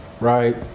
right